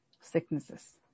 sicknesses